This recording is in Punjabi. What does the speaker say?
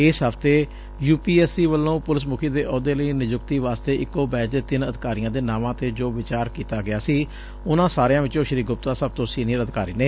ਇਸ ਹਫ਼ਤੇ ਯੁ ਪੀ ਐਸ ਸੀ ਵੱਲੋ ਪੁਲਿਸ ਮੁਖੀ ਦੇ ਅਹੁਦੇ ਲਈ ਨਿਯੁਕਤੀ ਵਾਸਤੇ ਇਕੋ ਬੈਚ ਦੇ ਤਿੰਨ ਅਧਿਕਾਰੀਆਂ ਦੇ ਨਾਵਾਂ ਤੇ ਜੋ ਵਿਚਕਾਰ ਕੀਤਾ ਗਿਆ ਸੀ ਉਨਾਂ ਸਾਰਿਆਂ ਵਿਚੋਂ ਸ੍ਰੀ ਗੁਪਤਾ ਸਭ ਤੋਂ ਸੀਨੀਅਰ ਅਧਿਕਾਰੀ ਨੇ